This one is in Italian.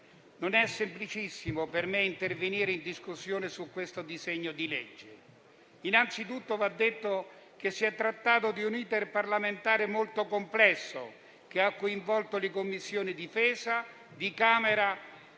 non è semplicissimo per me intervenire in discussione su questo disegno di legge. Innanzitutto, va detto che si è trattato di un *iter* parlamentare molto complesso, che ha coinvolto le Commissioni difesa di Camera